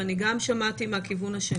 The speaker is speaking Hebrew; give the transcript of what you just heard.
ואני גם שמעתי מהכיוון השני,